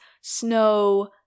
snow